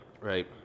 Right